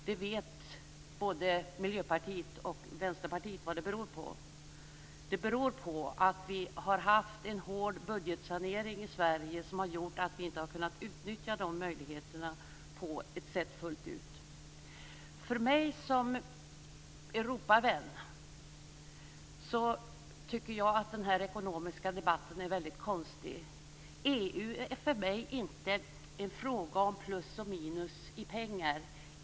Det beror på att vi har haft en hård budgetsanering i Sverige, som har gjort att vi inte har kunnat utnyttja de möjligheterna fullt ut. Jag som Europavän tycker att denna ekonomiska debatt är väldigt konstig. EU är för mig inte en fråga om plus och minus i pengar.